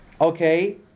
Okay